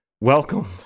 Welcome